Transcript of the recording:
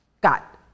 got